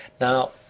Now